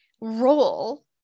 role